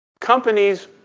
companies